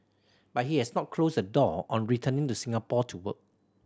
but he has not closed the door on returning to Singapore to work